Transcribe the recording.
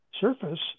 surface